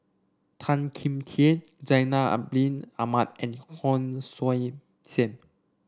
Tan Kim Tian Zainal Abidin Ahmad and Hon Sui Sen